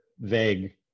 vague